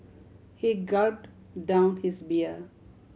he gulp down his beer